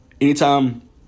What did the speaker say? anytime